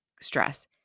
stress